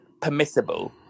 permissible